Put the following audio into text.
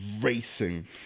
racing